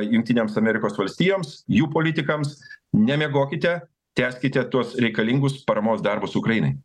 jungtinėms amerikos valstijoms jų politikams nemiegokite tęskite tuos reikalingus paramos darbus ukrainai